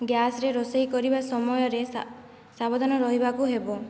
ଗ୍ୟାସରେ ରୋଷେଇ କରିବା ସମୟରେ ସାବଧାନ ରହିବାକୁ ହେବ